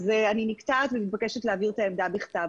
אני נקטעת ומתבקשת להעביר את העמדה בכתב.